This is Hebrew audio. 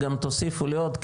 גם תוסיפו לי עוד,